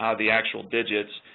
ah the actual digits.